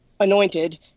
anointed